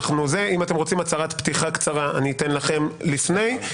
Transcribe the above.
אם אתם רוצים הצהרת פתיחה קצרה אני אתן לכם לפני.